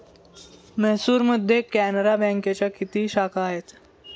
म्हैसूरमध्ये कॅनरा बँकेच्या किती शाखा आहेत?